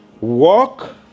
walk